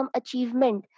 achievement